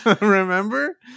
Remember